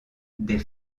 des